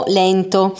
lento